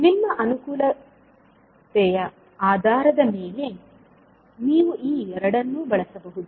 ನಿಮ್ಮ ಅನುಕೂಲತೆಯ ಆಧಾರದ ಮೇಲೆ ನೀವು ಈ ಎರಡನ್ನೂ ಬಳಸಬಹುದು